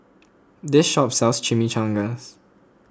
this shop sells Chimichangas